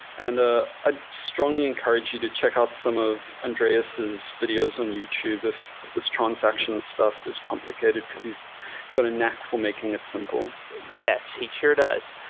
and ah ah strongly encourage you to check out some of andreas's videos on youtube of this transaction stuff. it's complicated, because he's got a knack for making it simple yes, he sure does.